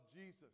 Jesus